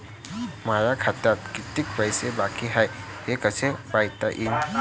माया खात्यात कितीक पैसे बाकी हाय हे कस पायता येईन?